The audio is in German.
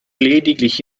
lediglich